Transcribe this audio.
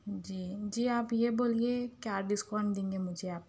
جی جی آپ یہ بولیے کیا ڈسکاؤنٹ دیں گے مجھے آپ